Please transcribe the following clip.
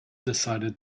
decided